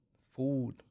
food